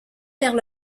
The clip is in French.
vers